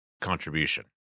contribution